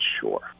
sure